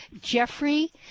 Jeffrey